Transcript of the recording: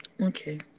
Okay